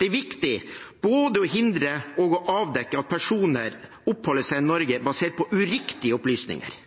Det er viktig både å hindre og å avdekke at personer oppholder seg i Norge basert på uriktige opplysninger.